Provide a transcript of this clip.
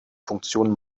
funktion